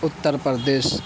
Uttar Pradesh